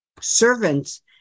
servants